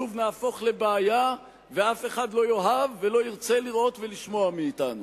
שוב נהפוך לבעיה ואף אחד לא יאהב ולא ירצה לראות ולשמוע מאתנו.